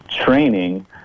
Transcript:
training